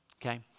Okay